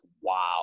wow